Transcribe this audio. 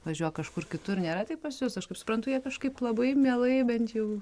važiuok kažkur kitur nėra taip pas jus aš kaip suprantu jie kažkaip labai mielai bent jau